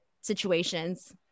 situations